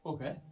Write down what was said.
Okay